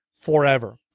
forever